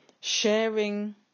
sharing